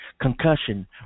Concussion